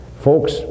Folks